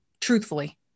truthfully